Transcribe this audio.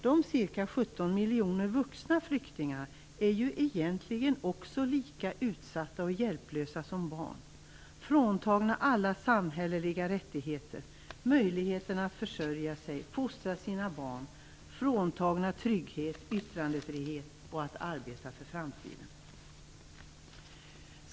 De ca 17 miljoner vuxna flyktingarna är egentligen lika utsatta som barn, fråntagna alla samhälleliga rättigheter, möjligheten att försörja sig, fostra sina barn, fråntagna trygghet, yttrandefrihet och möjlighet att arbeta för framtiden.